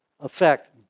affect